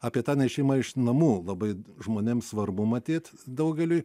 apie tą nešimą iš namų labai žmonėms svarbu matyt daugeliui